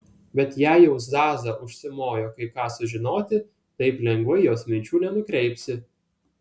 bet jei jau zaza užsimojo kai ką sužinoti taip lengvai jos minčių nenukreipsi